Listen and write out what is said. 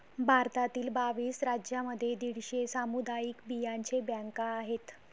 भारतातील बावीस राज्यांमध्ये दीडशे सामुदायिक बियांचे बँका आहेत